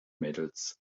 mädels